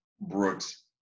Brooks